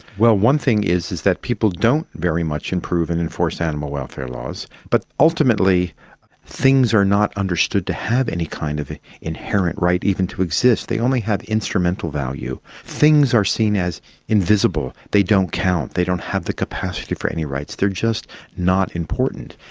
well, one thing is is that people don't very much improve and enforce animal welfare laws, but ultimately things are not understood to have any kind of inherent right even to exist, they only have instrumental value. things are seen as invisible, they don't count, they don't have the capacity for any rights, they are just not important.